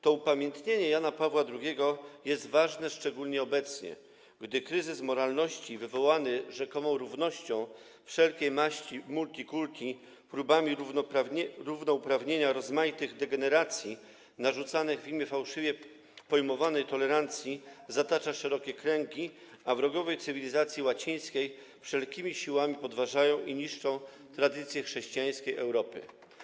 To upamiętnienie Jana Pawła II jest ważne szczególnie obecnie, gdy kryzys moralności wywołany rzekomą równością wszelkiej maści multi-kulti, klubami równouprawnienia rozmaitych degeneracji narzucanych w imię fałszywie pojmowanej tolerancji zatacza szerokie kręgi, a wrogowie cywilizacji łacińskiej wszelkimi siłami podważają i niszczą tradycje chrześcijańskiej Europy.